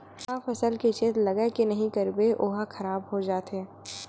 का फसल के चेत लगय के नहीं करबे ओहा खराब हो जाथे?